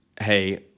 hey